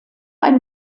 ein